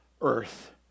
Earth